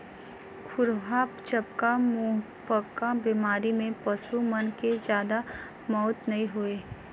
खुरहा चपका, मुहंपका बेमारी में पसू मन के जादा मउत नइ होय